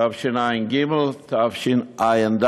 תשע"ג, תשע"ד.